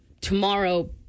tomorrow